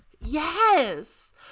yes